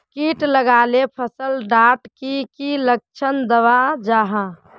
किट लगाले फसल डात की की लक्षण दखा जहा?